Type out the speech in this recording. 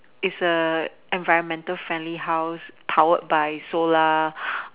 is a environmental friendly house powered by solar